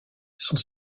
sont